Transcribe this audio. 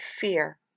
fear